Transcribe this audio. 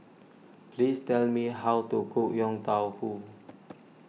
please tell me how to cook Yong Tau Foo